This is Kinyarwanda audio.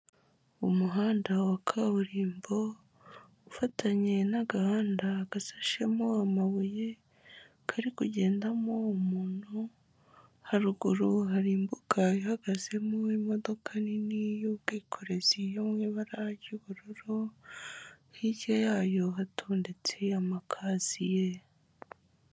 Umuhanda wa kaburimbo ufatanye n'agahanda gasashemo amabuye, kari kugendamo umuntu, haruguru hari imbuga ihagazemo imodoka nini y'ubwikorezi yo mu ibara ry'ubururu, hirya yayo hatondetse amakaziye.